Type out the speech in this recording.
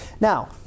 Now